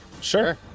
Sure